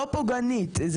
לא פוגענית,